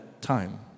time